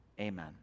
amen